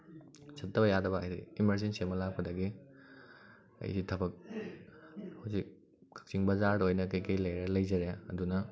ꯆꯠꯇꯕ ꯌꯥꯗꯕ ꯍꯥꯏꯕꯗꯤ ꯏꯃꯥꯔꯖꯦꯟꯁꯤ ꯑꯃ ꯂꯥꯛꯄꯗꯒꯤ ꯑꯩꯁꯦ ꯊꯕꯛ ꯍꯧꯖꯤꯛ ꯀꯛꯆꯤꯡ ꯕꯥꯖꯔꯗ ꯑꯣꯏꯅ ꯀꯔꯤ ꯀꯔꯤ ꯂꯩꯔꯒ ꯂꯩꯖꯔꯦ ꯑꯗꯨꯅ